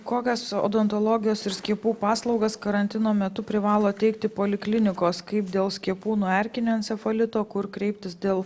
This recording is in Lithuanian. kokias odontologijos ir skiepų paslaugas karantino metu privalo teikti poliklinikos kaip dėl skiepų nuo erkinio encefalito kur kreiptis dėl